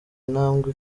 intambwe